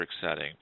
setting